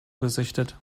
gesichtet